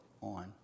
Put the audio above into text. on